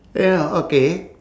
ya okay